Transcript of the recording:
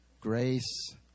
grace